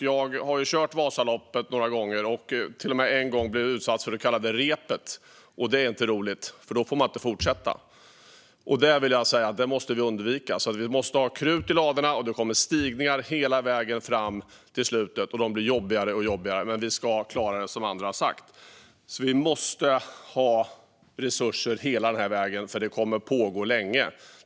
Jag har kört Vasaloppet några gånger och till och med en gång blivit utsatt för det så kallade repet. Det är inte roligt, för då får man inte fortsätta. Det måste vi undvika. Vi måste ha krut i ladorna, och det kommer att vara stigningar hela vägen fram till slutet. De blir jobbigare och jobbigare, men vi ska klara det. Vi måste ha resurser hela vägen, för det kommer att pågå länge.